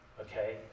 Okay